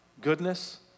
Goodness